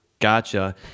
Gotcha